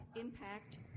impact